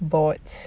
but